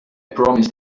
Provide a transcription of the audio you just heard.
promised